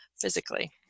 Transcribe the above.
physically